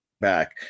back